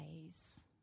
ways